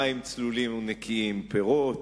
המים צלולים ונקיים, ויש פירות,